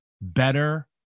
better